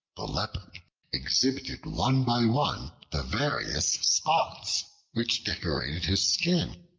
the leopard exhibited one by one the various spots which decorated his skin.